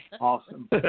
Awesome